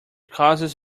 causes